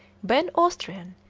ben austrian,